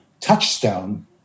touchstone